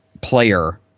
player